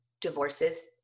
divorces